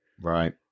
Right